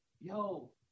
yo